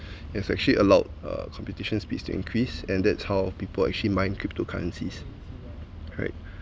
it's actually allowed uh computation speed to increase and that's how people actually mine cryptocurrencies correct